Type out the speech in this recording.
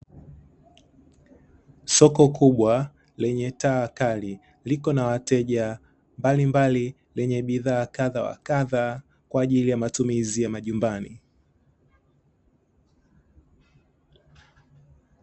Soko kubwa lenye taa kali, liko na wateja mbalimbali lenye bidhaa kadha wa kadha kwa ajili ya matumizi ya majumbani.